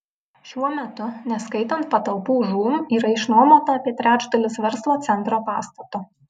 šiuo metu neskaitant patalpų žūm yra išnuomota apie trečdalis verslo centro pastato